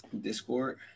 Discord